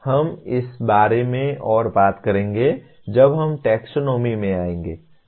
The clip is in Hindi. हम इस बारे में और बात करेंगे जब हम टैक्सोनॉमी में आएंगे